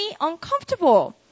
uncomfortable